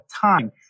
time